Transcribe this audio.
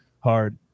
Hard